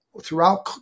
throughout